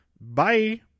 Bye